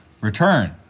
Return